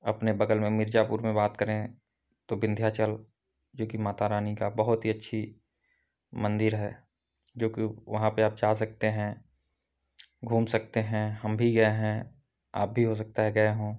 अपने बगल में मिर्ज़ापुर में बात करें तो विन्ध्याचल जोकि मातारानी का बहुत ही अच्छा मन्दिर है जोकि वहाँ पर आप जा सकते हैं घूम सकते हैं हम भी गए हैं आप भी हो सकता है गए हों